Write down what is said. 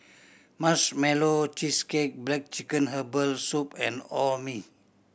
Marshmallow Cheesecake black chicken herbal soup and Orh Nee